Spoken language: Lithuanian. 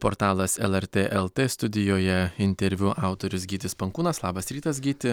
portalas lrt lt studijoje interviu autorius gytis pankūnas labas rytas gyti